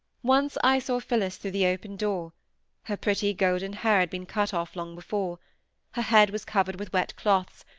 once i saw phillis through the open door her pretty golden hair had been cut off long before her head was covered with wet cloths,